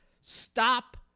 Stop